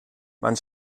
man